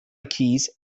keys